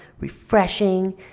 refreshing